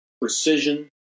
precision